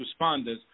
responders